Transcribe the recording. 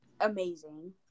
amazing